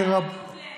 זה היה מטוב לב.